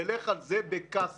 נלך על זה בכסאח.